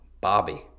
Bobby